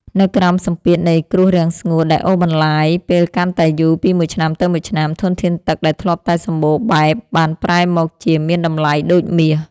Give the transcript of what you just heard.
នៅក្រោមសម្ពាធនៃគ្រោះរាំងស្ងួតដែលអូសបន្លាយពេលកាន់តែយូរពីមួយឆ្នាំទៅមួយឆ្នាំ ធនធានទឹកដែលធ្លាប់តែសម្បូរបែបបានប្រែមកជាមានតម្លៃដូចមាស។